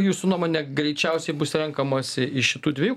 jūsų nuomone greičiausiai bus renkamasi iš šitų dviejų